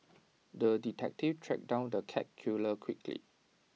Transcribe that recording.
the detective tracked down the cat killer quickly